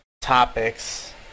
topics